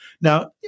Now